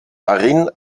darin